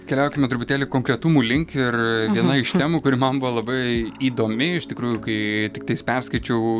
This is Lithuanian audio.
keliaukime truputėlį konkretumų link ir viena iš temų kuri man buvo labai įdomi iš tikrųjų kai tiktais perskaičiau